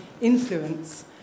influence